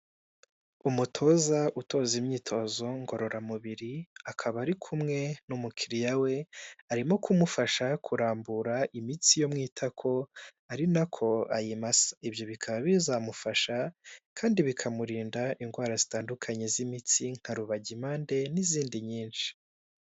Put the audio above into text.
Umutoza utoza imyitozo ngororamubiri akaba ari kumwe n'umukiriya we arimo kumufasha kurambura imitsi yo mu itako ari nako ayimasa, ibyo bikaba bizamufasha kandi bikamurinda indwara zitandukanye z'imitsi nka rubagimpande n'izindi nyinshi.